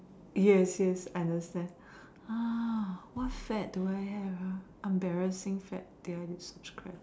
yes yes understand what sad do I have ah what embarrassing sad do I subscribe